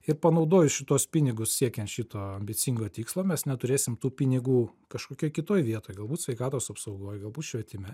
ir panaudojus šituos pinigus siekiant šito ambicingo tikslo mes neturėsim tų pinigų kažkokioj kitoj vietoj galbūt sveikatos apsaugoj gabus švietime